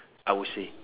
I will say